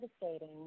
devastating